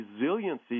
resiliency